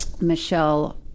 michelle